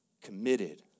committed